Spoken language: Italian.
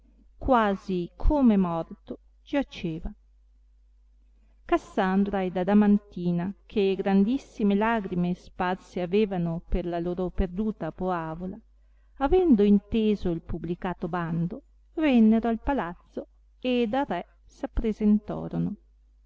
quasi come morto giaceva cassandra ed adamantina che grandissime lagrime sparse avevano per la loro perduta poavola avendo inteso il publicato bando vennero al palazzo ed al re